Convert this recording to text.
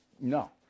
no